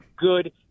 good